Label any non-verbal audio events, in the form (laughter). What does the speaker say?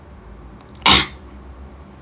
(coughs)